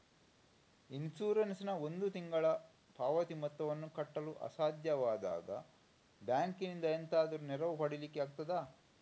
Insurance ನ ಒಂದು ತಿಂಗಳ ಪಾವತಿ ಮೊತ್ತವನ್ನು ಕಟ್ಟಲು ಅಸಾಧ್ಯವಾದಾಗ ಬ್ಯಾಂಕಿನಿಂದ ಎಂತಾದರೂ ನೆರವು ಪಡಿಲಿಕ್ಕೆ ಆಗ್ತದಾ?